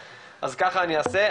אז ככה אני אעשה.